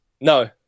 no